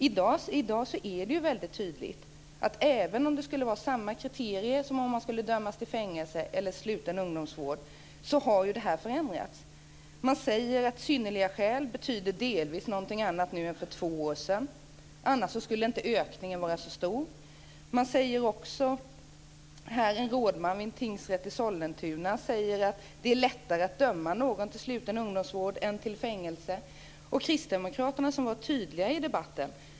I dag är det tydligt att även om det skulle vara samma kriterier som om man skulle dömas till fängelse eller sluten ungdomsvård, har det förändrats. Man säger att synnerliga skäl betyder delvis någonting annat nu än för två år sedan, annars skulle inte ökningen vara så stor. En rådman vid en tingsrätt i Sollentuna säger att det är lättare att döma någon till sluten ungdomsvård än till fängelse. Kristdemokraterna var ju tydliga i debatten.